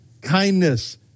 kindness